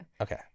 Okay